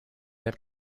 that